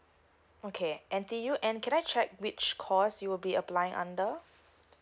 okay N_T_U U and can I check which course you'll be applying under